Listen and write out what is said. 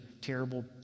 terrible